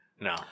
No